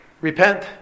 repent